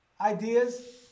Ideas